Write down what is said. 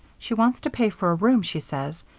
she wants to pay for a room, she says,